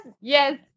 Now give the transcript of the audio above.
yes